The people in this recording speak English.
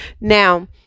Now